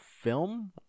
film